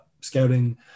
scouting